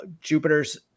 jupiter's